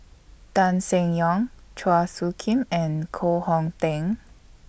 Tan Seng Yong Chua Soo Khim and Koh Hong Teng